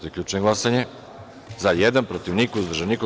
Zaključujem glasanje: za – dva, protiv – niko, uzdržan – niko.